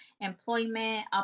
employment